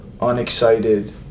unexcited